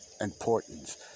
importance